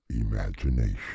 imagination